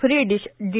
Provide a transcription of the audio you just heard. free dish D